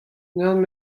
unan